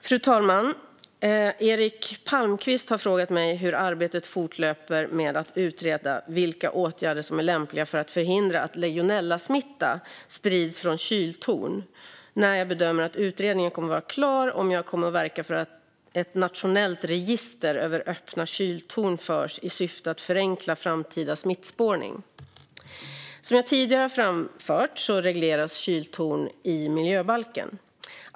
Fru talman! Eric Palmqvist har frågat mig hur arbetet fortlöper med att utreda vilka åtgärder som är lämpliga för att förhindra att legionellasmitta sprids från kyltorn, när jag bedömer att utredningen kommer att vara klar och om jag kommer att verka för att ett nationellt register över öppna kyltorn förs i syfte att förenkla framtida smittspårning. Som jag tidigare har framfört regleras kyltorn i miljöbalken.